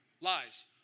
Lies